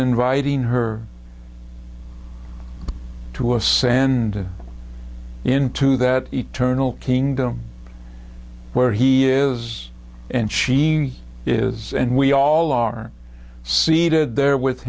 inviting her to ascend into that eternal kingdom where he is and she is and we all are seated there with